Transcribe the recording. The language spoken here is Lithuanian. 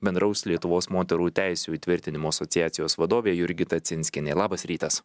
bendraus lietuvos moterų teisių įtvirtinimo asociacijos vadovė jurgita cinskienė labas rytas